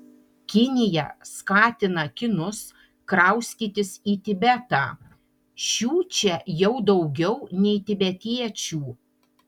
kinija skatina kinus kraustytis į tibetą šių čia jau daugiau nei tibetiečių